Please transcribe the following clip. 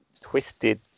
twisted